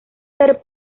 ser